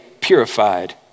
purified